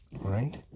right